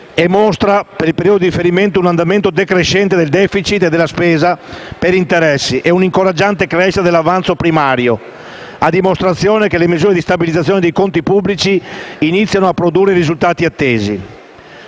e mostra per il periodo di riferimento un andamento decrescente del *deficit* e della spesa per interessi ed un'incoraggiante crescita dell'avanzo primario, a dimostrazione che le misure di stabilizzazione dei conti pubblici iniziano a produrre i risultati attesi.